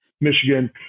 michigan